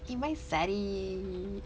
he my zaddy